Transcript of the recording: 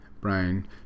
Brian